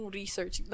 research